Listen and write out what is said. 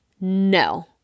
No